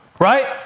right